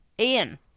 Ian